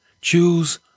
Choose